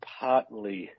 partly